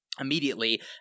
immediately